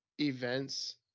events